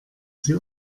sie